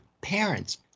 parents